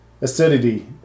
Acidity